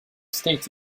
states